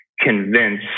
convince